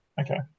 Okay